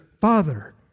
Father